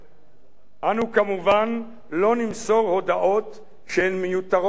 אנו כמובן לא נמסור הודעות שהן מיותרות לחלוטין,